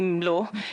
אם לא,